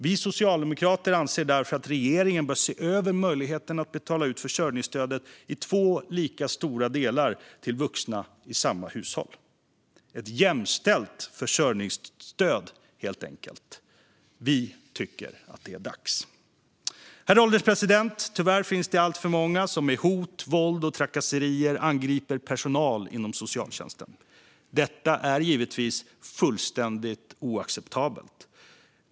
Vi socialdemokrater anser därför att regeringen bör se över möjligheten att betala ut försörjningsstödet i två lika stora delar till vuxna i samma hushåll, ett jämställt försörjningsstöd helt enkelt. Vi tycker att det är dags. Herr ålderspresident! Tyvärr finns det alltför många som med hot, våld och trakasserier angriper personal inom socialtjänsten. Detta är givetvis fullständigt oacceptabelt.